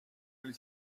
oli